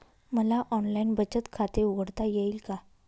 मला ऑनलाइन बचत खाते उघडता येईल का?